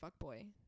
Fuckboy